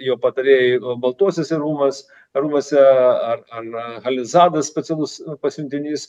jo patarėjai baltuosiuose rūmuos rūmuose ar ar halizadas specialus pasiuntinys